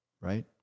right